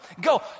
Go